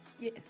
Yes